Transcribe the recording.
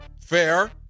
Fair